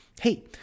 Hey